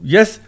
Yes